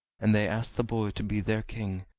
and they asked the boy to be their king,